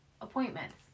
appointments